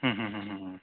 होम होम होम होम